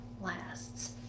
lasts